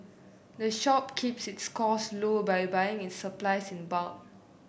the shop keeps its costs low by buying its supplies in bulk